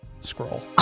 scroll